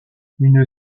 une